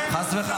לאף אחד.